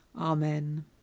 Amen